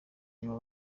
inyuma